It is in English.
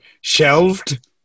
shelved